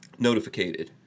Notificated